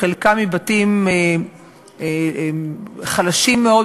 חלקם מבתים חלשים מאוד,